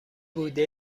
بوده